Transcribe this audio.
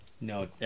No